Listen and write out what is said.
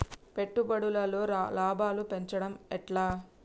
పెట్టుబడులలో లాభాలను పెంచడం ఎట్లా?